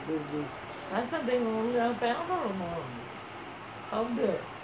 those days